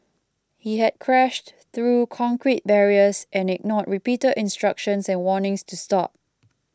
he had crashed through concrete barriers and ignored repeated instructions and warnings to stop